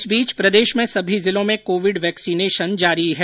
इस बीच प्रदेश में सभी जिलों में कोविड वैक्सीनेशन जारी है